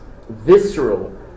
visceral